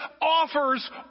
offers